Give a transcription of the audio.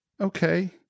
Okay